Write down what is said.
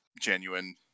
genuine